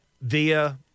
via